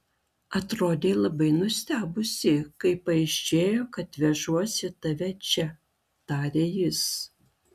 atrodei labai nustebusi kai paaiškėjo kad vežuosi tave čia tarė jis